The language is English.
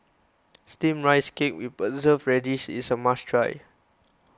Steamed Rice Cake with Preserved Radish is a must try